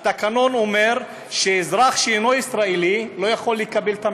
התקנון אומר שאזרח שאינו ישראלי לא יכול לקבל את המדליה.